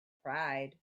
pride